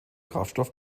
kraftstoff